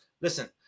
Listen